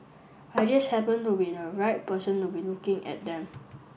I just happened to be the right person to be looking at them